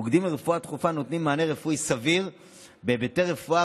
מוקדים לרפואה דחופה נותנים מענה רפואי סביר בהיבטי רפואה